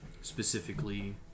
specifically